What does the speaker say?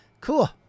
Cool